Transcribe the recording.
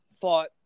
thought